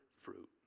fruit